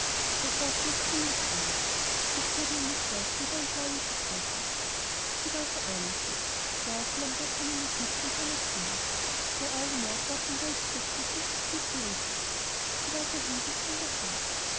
er sagte es ziemlich ernst es wurde ihm nicht leicht von seinem plane zu sprechen sie war so ahnungslos ja sie nahm gar keine notiz von seiner stimmung ihr augenmerk war auf den wohlbesetzten frühstückstisch gerichtet sie war sehr hungrig von der fahrt